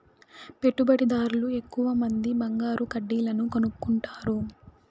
పెట్టుబడిదార్లు ఎక్కువమంది బంగారు కడ్డీలను కొనుక్కుంటారు